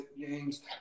games